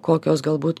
kokios galbūt